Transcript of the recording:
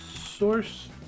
source